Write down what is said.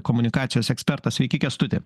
komunikacijos ekspertas sveiki kęstuti